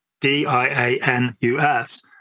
d-i-a-n-u-s